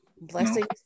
blessings